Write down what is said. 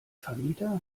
vermieter